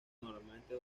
normalmente